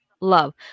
love